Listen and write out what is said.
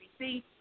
ABC